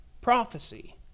prophecy